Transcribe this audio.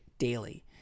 Daily